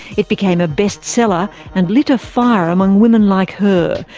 it became a best seller and lit a fire among women like her,